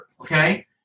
okay